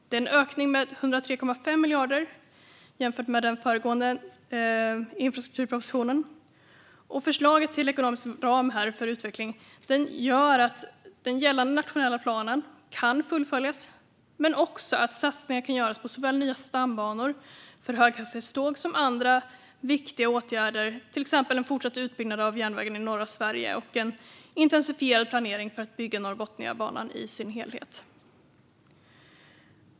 Det är en ökning med 103,5 miljarder jämfört med den föregående infrastrukturpropositionen. Förslaget till ekonomisk ram för utveckling gör att den gällande nationella planen kan fullföljas men också att satsningar kan göras på såväl nya stambanor för höghastighetståg som andra viktiga åtgärder, till exempel fortsatt utbyggnad av järnvägen i norra Sverige och en intensifierad planering för att bygga Norrbotniabanan i dess helhet.